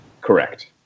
Correct